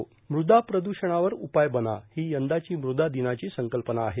मृदा प्रदूषणावर उपाय बना ही यंदाची मृदा दिनाची संकल्पना आहे